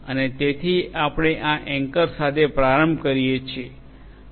અને તેથી આપણે આ એન્કર આ સાથે પ્રારંભ કરીએ છીએ